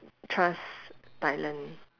trust thailand